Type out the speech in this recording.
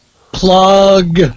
plug